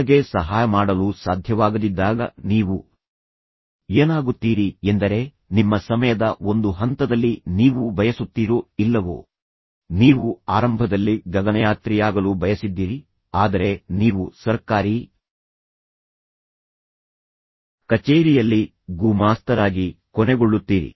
ನಿಮಗೆ ಸಹಾಯ ಮಾಡಲು ಸಾಧ್ಯವಾಗದಿದ್ದಾಗ ನೀವು ಏನಾಗುತ್ತೀರಿ ಎಂದರೆ ನಿಮ್ಮ ಸಮಯದ ಒಂದು ಹಂತದಲ್ಲಿ ನೀವು ಬಯಸುತ್ತೀರೋ ಇಲ್ಲವೋ ನೀವು ಆರಂಭದಲ್ಲಿ ಗಗನಯಾತ್ರಿಯಾಗಲು ಬಯಸಿದ್ದೀರಿ ಆದರೆ ನೀವು ಸರ್ಕಾರಿ ಕಚೇರಿಯಲ್ಲಿ ಗುಮಾಸ್ತರಾಗಿ ಕೊನೆಗೊಳ್ಳುತ್ತೀರಿ